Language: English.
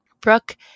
Brooke